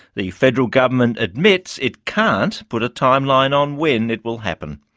the federal government admits it can't put a timeline on when it will happen.